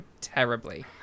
terribly